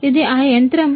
ఇది ఆ యంత్రం